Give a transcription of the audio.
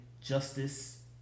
justice